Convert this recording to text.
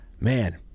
Man